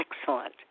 excellent